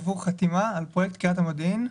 עבור חתימה על פרויקט קריית המודיעין.